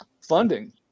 funding